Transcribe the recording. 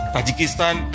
Tajikistan